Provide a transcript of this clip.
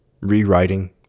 rewriting